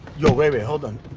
yo, ray ray, hold on.